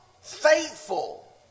faithful